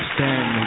Stand